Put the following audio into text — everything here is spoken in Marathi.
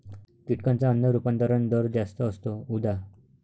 कीटकांचा अन्न रूपांतरण दर जास्त असतो, उदा